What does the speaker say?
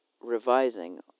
revising